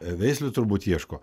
veislių turbūt ieško